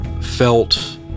felt